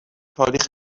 تاریخ